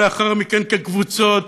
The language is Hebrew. ולאחר מכן כקבוצות,